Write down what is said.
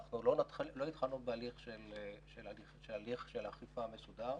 אנחנו לא התחלנו בהליך של אכיפה מסודר.